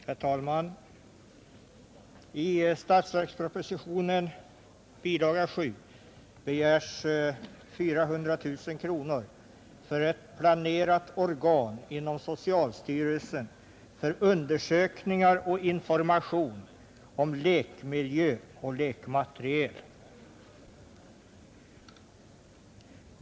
Herr talman! I statsverkspropositionen, bilaga 7, begärs 400 000 kronor för ett planerat organ inom socialstyrelsen för undersökningar och information om lekmiljö och lekmateriel.